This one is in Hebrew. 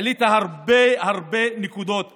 העלית הרבה הרבה נקודות כאן.